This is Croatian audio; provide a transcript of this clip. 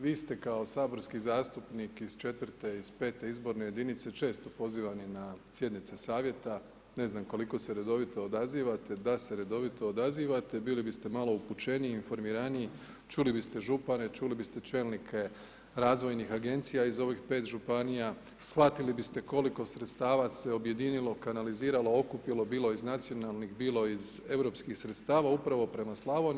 Vi ste kao saborski zastupnik iz 4 iz 5 izborne jedinice, često pozivani na sjednice savjeta, ne znam koliko se redovito odazivate, da se redovito odazivate, bili biste malo upućeniji i informiraniji, čuli biste župana i čuli biste čelnike razvojnih agencija iz ovih 5 županija, shvatili biste koliko sredstava se objedinilo, kanalizirano, okupilo, bilo iz nacionalnih, bilo iz europskih sredstava upravo prema Slavoniji.